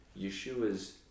Yeshua's